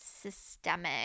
systemic